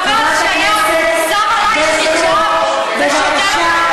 חברת הכנסת ברקו, בבקשה.